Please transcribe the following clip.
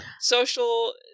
social